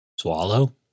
Swallow